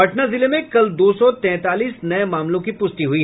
पटना जिले में कल दो सौ तैंतालीस नये मामले की पुष्टि हुई